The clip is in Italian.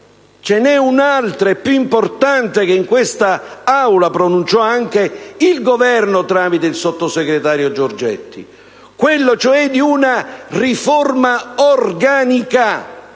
Ce n'è un'altra, e più importante, sulla quale in quest'Aula si pronunciò anche il Governo tramite il sottosegretario Giorgetti: quella cioè di una riforma organica